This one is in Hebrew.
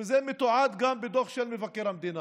וזה מתועד גם בדוח של מבקר המדינה,